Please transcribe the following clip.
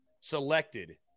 selected